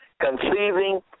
conceiving